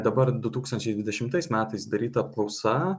dabar du tūkstančiai dvidešimtais metais daryta apklausa